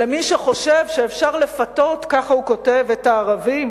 למי שחושב שאפשר לפתות, כך הוא כותב, את הערבים